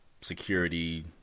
security